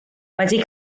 wedi